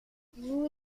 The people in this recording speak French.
vous